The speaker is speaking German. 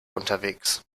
unterwegs